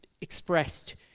expressed